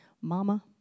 mama